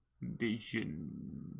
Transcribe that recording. Vision